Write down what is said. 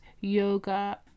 yoga